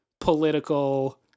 political